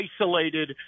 isolated